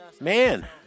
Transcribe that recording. Man